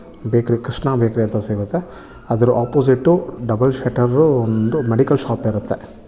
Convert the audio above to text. ಬೇಕ್ರಿ ಕೃಷ್ಣ ಬೇಕ್ರಿ ಅಂತ ಸಿಗುತ್ತೆ ಅದರ ಒಪ್ಪೋಸಿಟ್ ಡಬಲ್ ಶೆಟರ್ರು ಒಂದು ಮೆಡಿಕಲ್ ಶಾಪ್ ಇರುತ್ತೆ